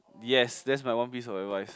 yes that's my one piece of advice